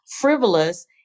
frivolous